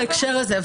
בהקשר הזה,